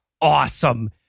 Awesome